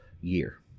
year